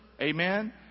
amen